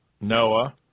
Noah